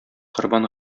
корбан